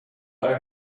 were